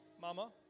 Mama